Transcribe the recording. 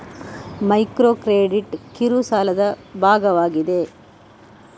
micro credit ಕಿರು ಸಾಲದ ಭಾಗವಾಗಿದೆ